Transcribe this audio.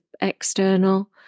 external